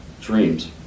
dreams